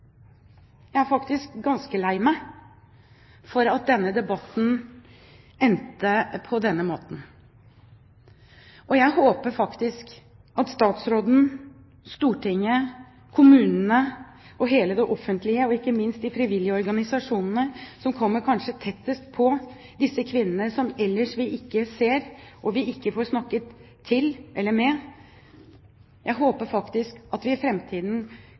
er faktisk ganske lei meg for at denne debatten endte på denne måten. Jeg håper at statsråden, Stortinget, kommunene og det offentlige, og ikke minst de frivillige organisasjonene som kanskje kommer tettest på de kvinnene som vi ellers ikke ser og får snakket til eller med, i framtiden kan jobbe for at disse kan få det bedre, at de skal bli synlige, og at vi